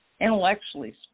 intellectually